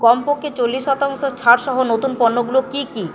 কমপক্ষে চল্লিশ শতাংশ ছাড়সহ নতুন পণ্যগুলো কী কী